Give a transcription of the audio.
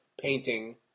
painting